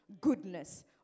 goodness